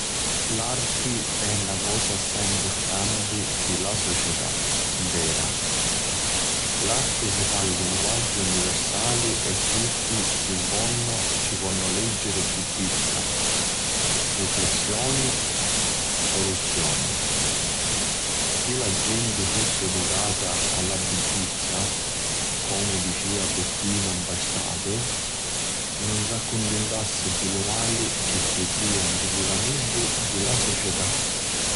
L'arti è na cosa assai mpurtanti pi la società ntera. L'arti si fa linguaggiu univirsali e tutti, si vonnu, ci ponnu leggiri biddizza, riflissioni, soluzioni. Si la genti fussi aducata a la biddizza, comu dicia Peppinu Mpastatu, nun s'accuntintassi di lu mali chi firria ntra li vaneddi di la società.